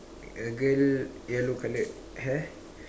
a girl yellow colored hair